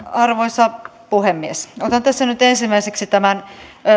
arvoisa puhemies otan tässä nyt ensimmäiseksi